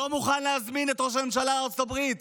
לא מוכן להזמין את ראש הממשלה לארצות הברית.